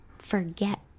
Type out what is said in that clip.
forget